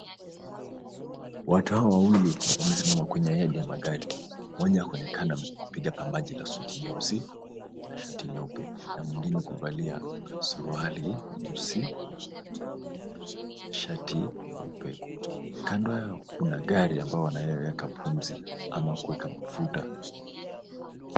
Watu hawa wawili wamesimama kwenye yadi ya magari. Mmoja anaonekana kupiga pambaji la suti nyeusi na shati nyeupe na mwingine kuvalia suruali nyeusi na shati nyeupe. Kando yao kuna gari ambayo wanayoeka pumzi ama kuweka mafuta.